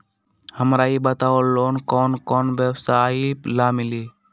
हमरा ई बताऊ लोन कौन कौन व्यवसाय ला मिली?